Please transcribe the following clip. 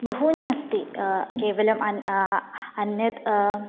बहूनि अस्ति केवलम् अन्य अन्यत्